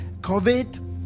covid